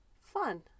Fun